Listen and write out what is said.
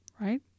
right